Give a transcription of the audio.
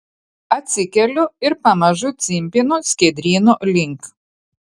atsikeliu ir pamažu cimpinu skiedryno link